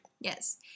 Yes